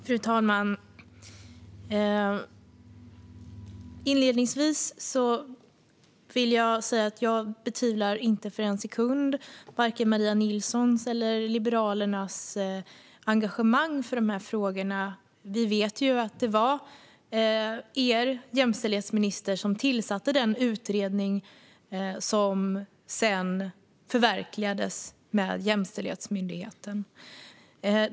Fru talman! Inledningsvis vill jag säga att jag inte för en sekund betvivlar vare sig Maria Nilssons eller Liberalernas engagemang i de här frågorna. Vi vet ju att det var er jämställdhetsminister som tillsatte den utredning som sedan förverkligades i och med Jämställdhetsmyndigheten.